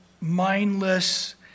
mindless